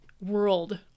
world